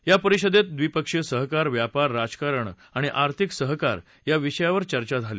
या परिषदेत ड्रिपक्षीय सहकार व्यापार राजकारण आणि आर्थिक सहकार या विषयावर चर्चा झाली